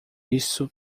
isso